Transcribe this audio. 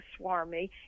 swarmy